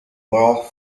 borough